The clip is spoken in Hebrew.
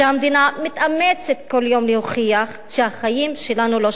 מתאמצת כל יום להוכיח שהחיים שלנו לא שווים.